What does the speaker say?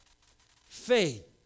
faith